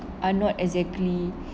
are not exactly